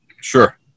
Sure